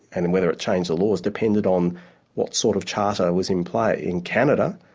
and and whether it changed the laws, depended on what sort of charter was in play. in canada,